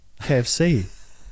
kfc